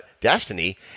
Destiny